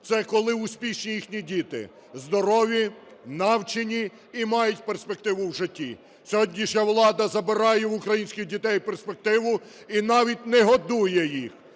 Це коли успішні їхні діти, здорові, навчені і мають перспективу в житті. Сьогоднішня влада забирає в українських дітей перспективу і навіть не годує їх.